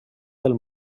del